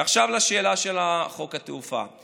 ועכשיו לשאלה של חוק התעופה.